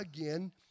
again